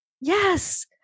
yes